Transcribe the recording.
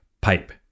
pipe